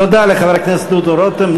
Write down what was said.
תודה לחבר הכנסת דודו רותם.